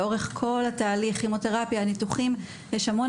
לאורך כל הכימותרפיה והניתוחים יש המון